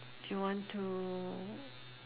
do you want to